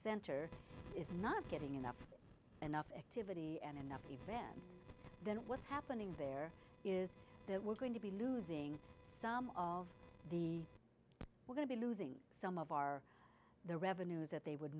center is not getting enough enough activity and enough event then what's happening there is that we're going to be losing some of the we're going to be losing some of our the revenues that they would